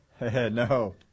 No